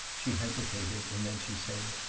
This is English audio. she hesitated and then she said,